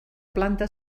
planta